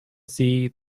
see